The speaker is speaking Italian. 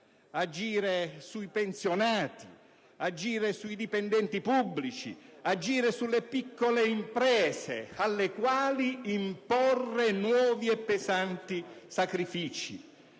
agire sui pensionati, sui dipendenti pubblici e sulle piccole imprese, alle quali imporre nuovi e pesanti sacrifici.